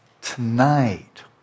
Tonight